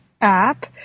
App